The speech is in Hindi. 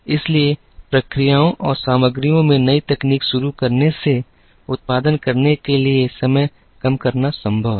इसलिए प्रक्रियाओं और सामग्रियों में नई तकनीक शुरू करने से उत्पादन करने के लिए समय कम करना संभव है